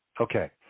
Okay